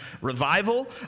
revival